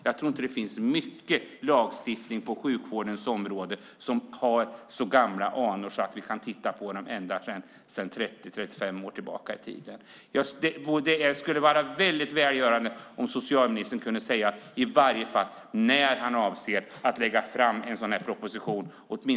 Jag tror inte att det finns mycket lagstiftning på sjukvårdens område som har så gamla anor att vi kan titta på dem 30-35 år tillbaka i tiden. Det skulle vara välgörande om socialministern kunde säga åtminstone något så när i tiden när han avser att lägga fram en proposition.